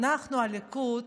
אנחנו הליכוד